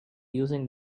using